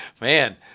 man